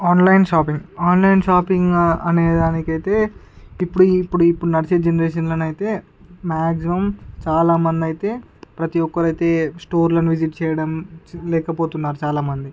online shopping online shopping అనేదానికైతే ఇప్పుడు ఇప్పుడు ఇప్పుడు నడిచే జనరేషన్లో అయితే మాక్సిమం చాలా మంది అయితే ప్రతి ఒక్కరు అయితే స్టోర్లను విజిట్ చేయడం లేకపోతున్నారు చాలామంది